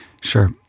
Sure